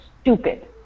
stupid